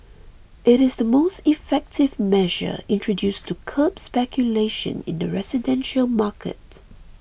it is the most effective measure introduced to curb speculation in the residential market